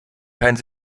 keinen